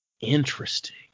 interesting